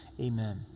amen